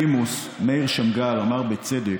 השופט בדימוס מאיר שמגר אמר, בצדק,